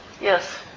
Yes